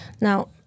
Now